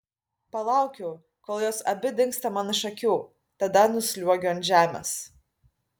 palaukiu kol jos abi dingsta man iš akių tada nusliuogiu ant žemės